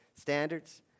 standards